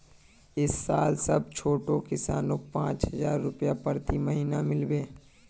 इस साल सब छोटो किसानक पांच हजार रुपए प्रति महीना मिल बे